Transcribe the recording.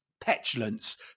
petulance